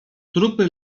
trupy